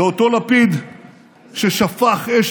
זה אותו לפיד ששפך אש